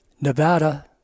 Nevada